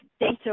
data